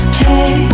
hey